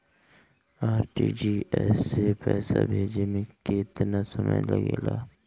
RTGS से पैसा भेजे में केतना समय लगे ला?